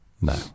no